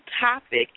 topic